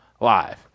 live